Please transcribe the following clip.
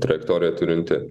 trajektoriją turinti